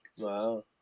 Wow